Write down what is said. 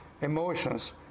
emotions